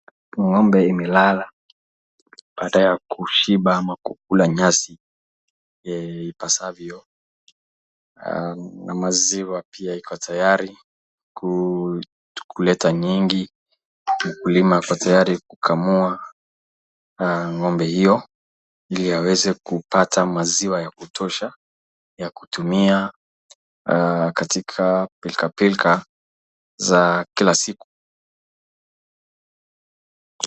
Ngombe imelala baada ya kushiba au kukula nyasi ipasavyo, na maziwa pia iko tayari kuleta nyingi. Mkulima ako tayari kukamua ngombe hiyo, ili aweze kupata maziwa ya kutosha ya kutumia katika pilkapilka za kila siku.